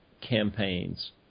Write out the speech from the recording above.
campaigns